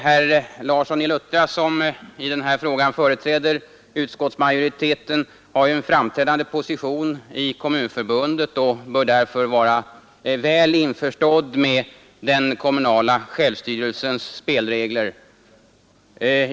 Herr Larsson i Luttra, som i denna fråga företräder utskottsmajoriteten, har ju en framträdande position i Kommunförbundet och bör därför vara väl insatt i den kommunala självstyrelsens spelregler.